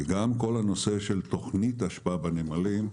גם כל הנושא של תוכנית אשפה בנמלים,